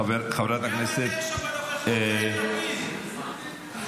חברת הכנסת --- 109 בנוכחות, יאיר לפיד.